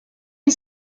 une